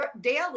daily